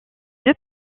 deux